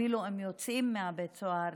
אפילו אם הם יוצאים מבית הסוהר,